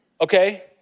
Okay